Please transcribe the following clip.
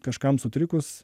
kažkam sutrikus